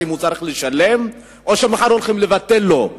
אם הוא צריך לשלם או שמחר הולכים לבטל לו.